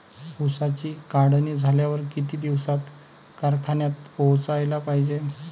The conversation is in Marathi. ऊसाची काढणी झाल्यावर किती दिवसात कारखान्यात पोहोचला पायजे?